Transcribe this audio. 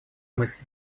мысль